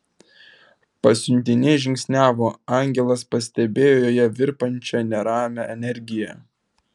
pasiuntinė žingsniavo angelas pastebėjo joje virpančią neramią energiją